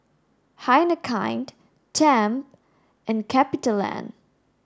Heinekein Tempt and CapitaLand